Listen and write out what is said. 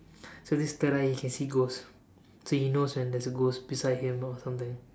so this third eye he can see ghost so he knows when there's a ghost beside him or something